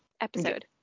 episode